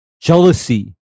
jealousy